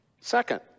Second